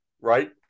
right